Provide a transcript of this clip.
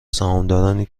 سهامدارنی